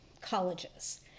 colleges